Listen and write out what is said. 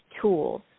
tools